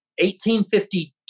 1852